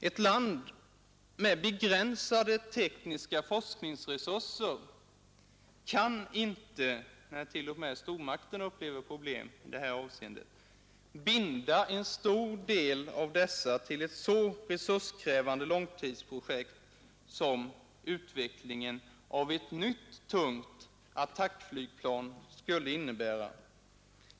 Ett land med begränsade tekniska forskningsresurser kan inte, när t.o.m. stormakterna upplever problem i detta avseende, binda en stor del av sina resurser till ett så resurskrävande långtidsprojekt som utveckling av ett nytt tungt attackflygplan skulle innebära.